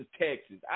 Texas